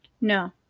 no